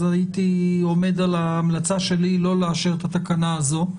אז הייתי עומד על ההמלצה שלי לא לאשר את התקנה הזו.